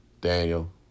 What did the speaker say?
Daniel